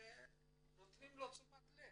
נותנים לו תשומת לב.